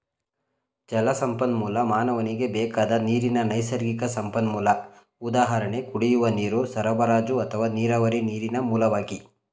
ಜಲಸಂಪನ್ಮೂಲ ಮಾನವನಿಗೆ ಬೇಕಾದ ನೀರಿನ ನೈಸರ್ಗಿಕ ಸಂಪನ್ಮೂಲ ಉದಾಹರಣೆ ಕುಡಿಯುವ ನೀರು ಸರಬರಾಜು ಅಥವಾ ನೀರಾವರಿ ನೀರಿನ ಮೂಲವಾಗಿ